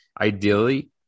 ideally